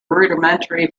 rudimentary